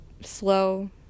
slow